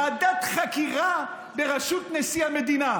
ועדת חקירה בראשות נשיא המדינה,